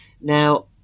Now